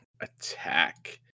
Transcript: attack